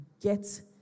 get